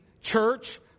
Church